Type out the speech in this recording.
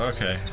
Okay